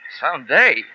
Someday